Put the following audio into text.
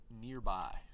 nearby